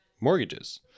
mortgages